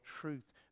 truth